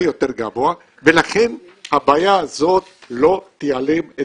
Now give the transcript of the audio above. יותר גבוה ולכן הבעיה הזאת לא תיעלם,